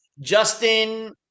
Justin